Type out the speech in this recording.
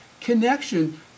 connection